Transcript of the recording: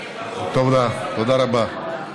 תודה רבה.